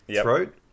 Throat